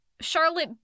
Charlotte